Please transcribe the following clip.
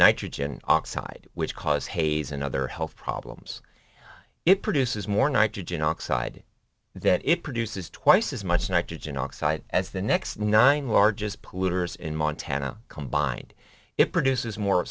nitrogen oxide which cause haze and other health problems it produces more nitrogen oxide that it produces twice as much nitrogen oxide as the next nine largest polluters in montana combined it produces more